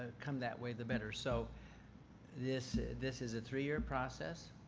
ah come that way, the better. so this this is a three year process.